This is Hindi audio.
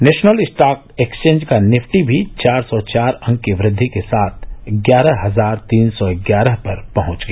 नेशनल स्टॉक एक्सचेंज का निफ्टी भी चार सौ चार अंक की वृद्धि के साथ ग्यारह हजार तीन सौ ग्यारह पर पहुंच गया